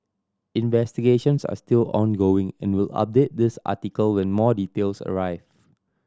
investigations are still ongoing and we'll update this article when more details arrive